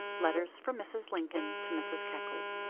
letters from mrs. lincoln to mrs. keckley.